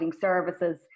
services